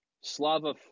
Slava